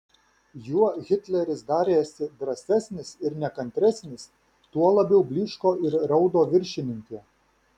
juo hitleris darėsi drąsesnis ir nekantresnis tuo labiau blyško ir raudo viršininkė